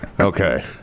Okay